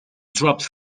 dropped